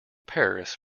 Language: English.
paris